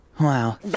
Wow